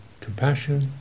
compassion